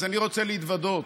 אז אני רוצה להתוודות.